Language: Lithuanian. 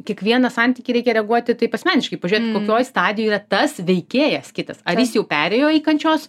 į kiekvieną santykį reikia reaguoti taip asmeniškai pažiūrėt kokioj stadijoj yra tas veikėjas kitas ar jis jau perėjo į kančios